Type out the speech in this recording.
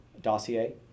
dossier